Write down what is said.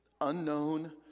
unknown